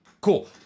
Cool